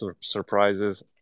surprises